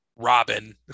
Robin